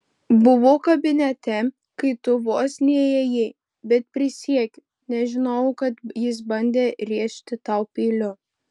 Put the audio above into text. buvau kabinete kai tu vos neįėjai bet prisiekiu nežinojau kad jis bandė rėžti tau peiliu